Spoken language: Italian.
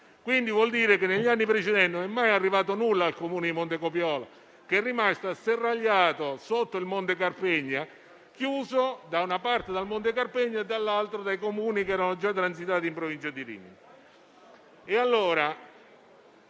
il che vuol dire che negli anni precedenti non è mai arrivato nulla al Comune Montecopiolo, che è rimasto asserragliato sotto il monte Carpegna, chiuso, da una parte dal monte Carpegna e, dall'altra, dai Comuni già transitati in provincia di Rimini.